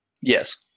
Yes